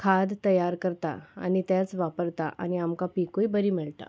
खाद्य तयार करता आनी तेंच वापरता आनी आमकां पिकूय बरी मेळटा